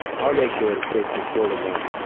our ratio is basically four to one.